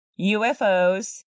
UFOs